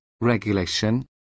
regulation